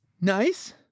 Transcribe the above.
Nice